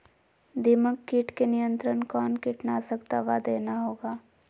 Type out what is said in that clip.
दीमक किट के नियंत्रण कौन कीटनाशक दवा देना होगा?